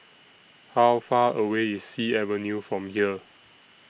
How Far away IS Sea Avenue from here